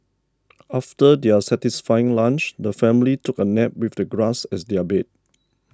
after their satisfying lunch the family took a nap with the grass as their bed